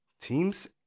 teams